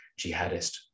jihadist